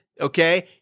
okay